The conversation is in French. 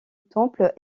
temple